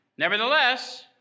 Nevertheless